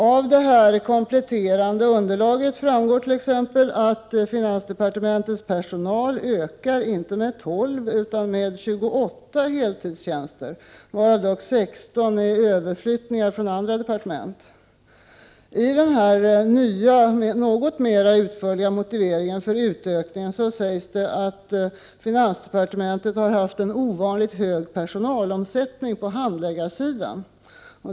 Av det kompletterande underlaget framgår t.ex. att finansdepartementets personal ökar, inte med 12 utan med 28 heltidstjänster, varav dock 16 är överflyttningar från andra departement. I den nya, något mer utförliga motiveringen för utökningen sägs att finansdepartementet har haft en ovanligt hög personalomsättning på handläggarsidan.